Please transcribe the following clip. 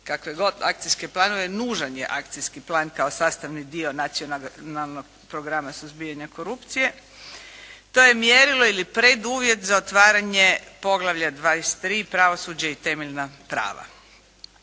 kakve god akcijske planove, nužan je akcijski plan kao sastavni dio nacionalnoga programa suzbijanja korupcije. To je mjerilo ili preduvjet za otvaranje Poglavlja 23. pravosuđe i temeljna prava.